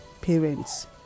parents